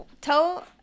Tell